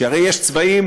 שהרי יש תת-צבעים,